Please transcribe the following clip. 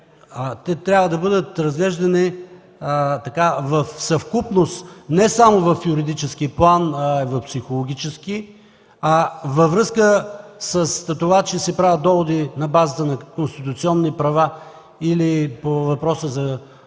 Те трябва да бъдат разглеждани в съвкупност не само в юридически план, а и в психологически. Във връзка с това, че се правят доводи на базата на конституционни права или по въпроса за Хартата